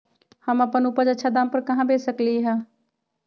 हम अपन उपज अच्छा दाम पर कहाँ बेच सकीले ह?